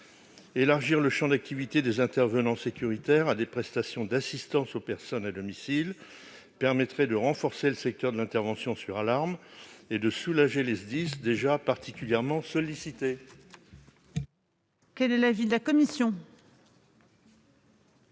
Élargir le champ d'activité des intervenants sécuritaires à des prestations d'assistance aux personnes à domicile permettrait de renforcer le secteur de l'intervention sur alarme et de soulager les SDIS, déjà particulièrement sollicités.